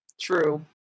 True